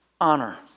honor